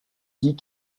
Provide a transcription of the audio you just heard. dit